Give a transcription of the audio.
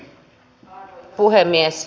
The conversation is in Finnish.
arvoisa puhemies